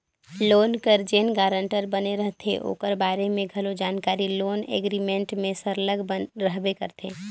loan कर जेन guarantor बने रहथे ओकर बारे में घलो जानकारी लोन एग्रीमेंट में सरलग रहबे करथे